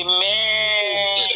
Amen